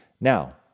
Now